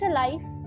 life